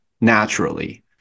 naturally